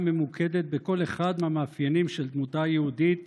ממוקדת בכל אחד מהמאפיינים של דמותה היהודית